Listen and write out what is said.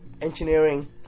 engineering